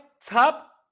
top